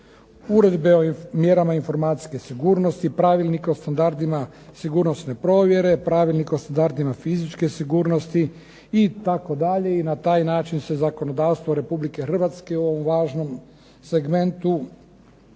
uredbe o mjerama informacijske sigurnosti, Pravilnik o standardima sigurnosne provjere, Pravilnik o standardima fizičke sigurnosti itd. i na taj način se zakonodavstvo Republike Hrvatske u ovom važnom segmentu